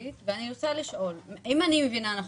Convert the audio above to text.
מבינה נכון,